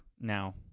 now